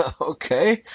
okay